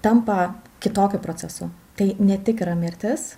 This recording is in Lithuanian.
tampa kitokiu procesu tai ne tik yra mirtis